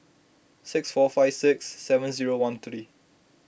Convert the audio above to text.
six four five six seven zero one three